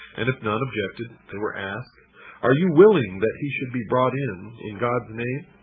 and if none objected, they were asked are you willing that he should be broughtin, in god's name?